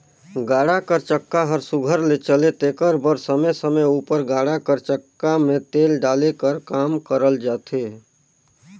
गाड़ा कर चक्का हर सुग्घर ले चले तेकर बर समे समे उपर गाड़ा कर चक्का मे तेल डाले कर काम करल जाथे